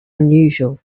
unusual